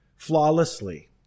flawlessly